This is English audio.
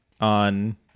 on